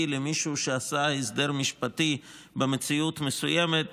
של מישהו שעשה הסדר משפטי במציאות מסוימת,